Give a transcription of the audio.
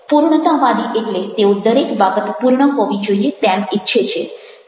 પૂર્ણતાવાદી એટલે તેઓ દરેક બાબત પૂર્ણ હોવી જોઈએ તેમ ઈચ્છે છે